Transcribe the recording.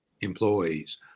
employees